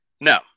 No